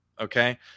okay